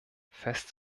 fest